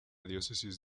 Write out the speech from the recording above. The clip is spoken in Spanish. diócesis